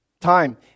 time